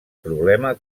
problema